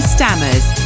Stammers